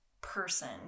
person